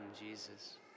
Jesus